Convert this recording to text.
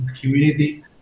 community